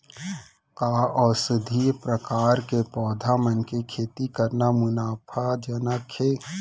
का औषधीय प्रकार के पौधा मन के खेती करना मुनाफाजनक हे?